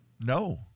No